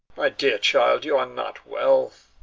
my dear child, you are not well.